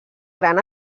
gran